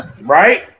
right